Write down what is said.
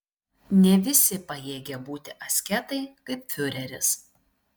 ne visi pajėgia būti asketai kaip fiureris